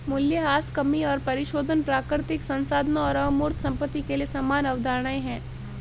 मूल्यह्रास कमी और परिशोधन प्राकृतिक संसाधनों और अमूर्त संपत्ति के लिए समान अवधारणाएं हैं